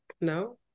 No